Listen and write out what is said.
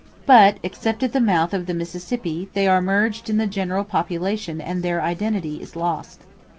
but, except at the mouth of the mississippi, they are merged in the general population and their identity is lost.